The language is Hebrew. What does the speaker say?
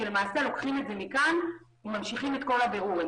שלמעשה לוקחים את זה מכאן וממשיכים את כל הבירורים.